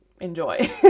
enjoy